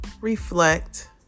reflect